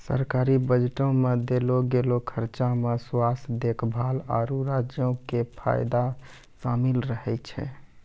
सरकारी बजटो मे देलो गेलो खर्चा मे स्वास्थ्य देखभाल, आरु राज्यो के फायदा शामिल रहै छै